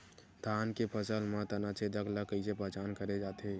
धान के फसल म तना छेदक ल कइसे पहचान करे जाथे?